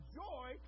joy